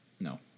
no